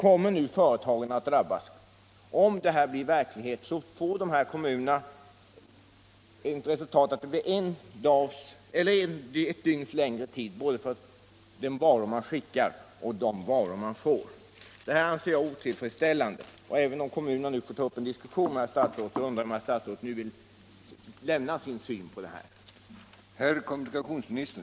Om förslagen genomförs blir resultatet att transporttiden blir ett dygn längre både för de varor som man skickar och för de varor som man får. Det anser jag otillfredsställande. Även om kommunerna naturligtvis får diskutera detta med statsrådet undrar jag om herr statsrådet nu vill lämna sin syn på saken.